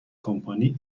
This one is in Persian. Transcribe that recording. کمپانی